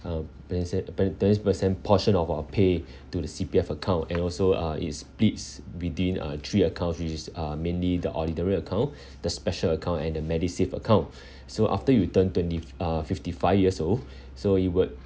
uh perce~ uh per~ twenty percent portion of our pay to the C_P_F account and also uh it splits within uh three accounts which is uh mainly the ordinary account the special account and medisave account so after you turn twenty f~ uh fifty five years old so you would